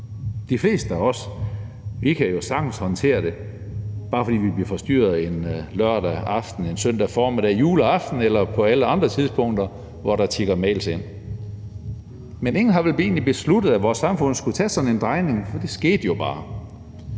De fleste af os kan sagtens håndtere det, bare fordi vi bliver forstyrret en lørdag aften, en søndag formiddag, juleaften eller på alle andre tidspunkter, hvor der tikker mails ind, men ingen har vel egentlig besluttet, at vores samfund skulle tage sådan en drejning; det skete jo bare.